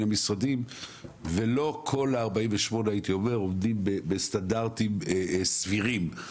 המשרדים ולא כל ה-48 גופים עובדים בסטנדרטים סבירים.